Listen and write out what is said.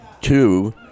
two